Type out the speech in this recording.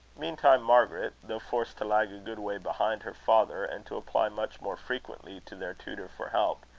meantime margaret, though forced to lag a good way behind her father, and to apply much more frequently to their tutor for help,